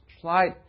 slide